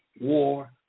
War